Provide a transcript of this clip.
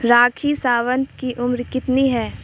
راکھی ساونت کی عمر کتنی ہے